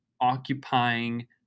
occupying